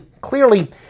clearly